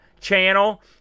channel